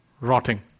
rotting